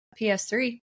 PS3